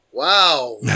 Wow